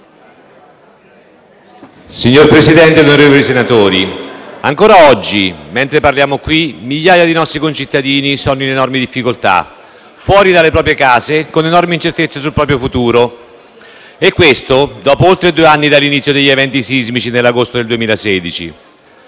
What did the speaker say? Signor Presidente, onorevoli senatori, ancora oggi, mentre parliamo in questa sede, migliaia di nostri concittadini sono in enormi difficoltà, fuori dalle proprie case e con enormi incertezze sul proprio futuro, e questo dopo oltre due anni dall’inizio degli eventi sismici dell’agosto del 2016.